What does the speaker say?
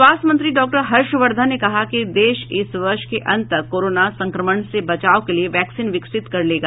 स्वास्थ्य मंत्री डॉक्टर हर्षवर्धन ने कहा है कि देश इस वर्ष के अंत तक कोरोना संक्रमण से बचाव के लिए वैक्सीन विकसित कर लेगा